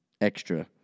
extra